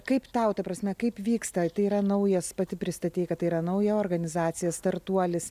kaip tau ta prasme kaip vyksta tai yra naujas pati pristatei kad tai yra nauja organizacija startuolis